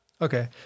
Okay